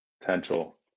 potential